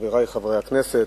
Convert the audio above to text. חברי חברי הכנסת,